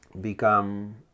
become